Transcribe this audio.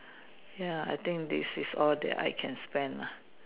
ya I think this is all that I can spend lah